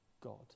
God